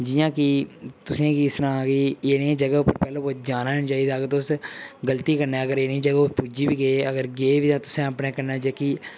जि'यां कि तुसेंगी सनां कि जेह्ड़ियां जगह उप्पर पैह्ला कुतै जाना नी चाहिदा अगर तुस गलती कन्नै अगर इ'नें जगह उप्पर पुज्जी बी गे अगर गे बी ते तुसें अपने कन्नै जेह्की